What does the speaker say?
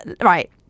right